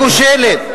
הכושלת.